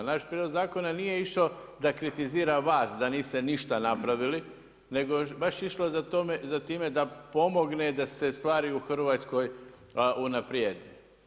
Naš prijedlog zakona nije išao da kritizira vas da niste ništa napravili nego je baš išlo za time da pomogne da se stvari u Hrvatskoj unaprijede.